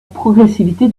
progressivité